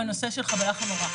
חבלה חמורה.